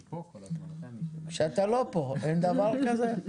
או שאתה לא פה, אין דבר כזה?